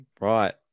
Right